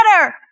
better